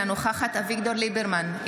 אינה נוכחת אביגדור ליברמן,